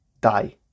die